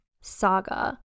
saga